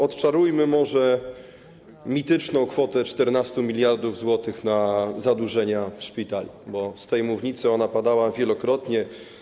Odczarujmy może mityczną kwotę 14 mld zł na zadłużenia szpitali, bo z tej mównicy ona padała wielokrotnie.